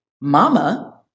mama